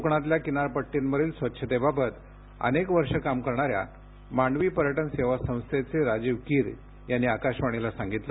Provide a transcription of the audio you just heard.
कोकणातल्या किनारपट्टींवरील स्वच्छतेबाबत अनेक वर्षे काम करणाऱ्या मांडवी पर्यटन सेवा संस्थेचे राजीव कीर यांनी आकाशवाणीला सांगितलं